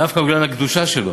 דווקא בגלל הקדושה שלו.